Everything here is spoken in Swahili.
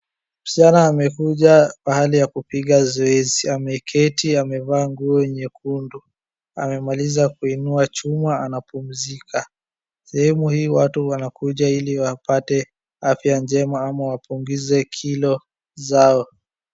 Msichana amekuja pahali ya kupiga zoezi, ameketi amevaa nguo nyekundu. Amemaliza kuinua chuma anapumzika. Sehemu hii watu wanakuja ili wapate afya njema ama wapunguze kilo zao.